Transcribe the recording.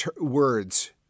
words